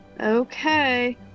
Okay